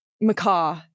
macaw